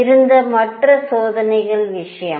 இருந்த மற்ற சோதனை விஷயம்